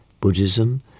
Buddhism